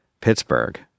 Pittsburgh